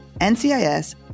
NCIS